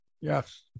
Yes